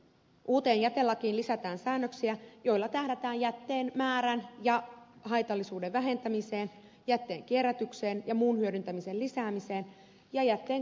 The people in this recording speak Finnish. uuteen jätelakiin lisätään säännöksiä joilla tähdätään jätteen määrän ja haitallisuuden vähentämiseen jätteen kierrätykseen ja muun hyödyntämisen lisäämiseen ja jätteen kaatopaikkakäsittelyn vähentämiseen